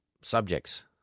subjects